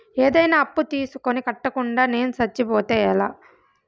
ఏదైనా అప్పు తీసుకొని కట్టకుండా నేను సచ్చిపోతే ఎలా